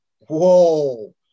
whoa